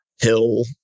Hill